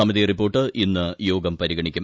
സമിതി റിപ്പോർട്ട് ഇന്ന് യോഗം പരിഗണിക്കും